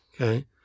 Okay